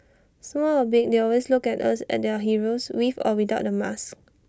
small or big they always look at us as their heroes with or without the mask